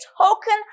token